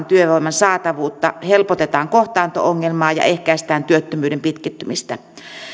työvoiman saatavuutta helpotetaan kohtaanto ongelmaa ja ehkäistään työttömyyden pitkittymistä